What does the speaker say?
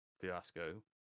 fiasco